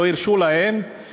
לא הרשו להם,